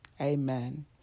Amen